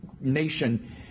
nation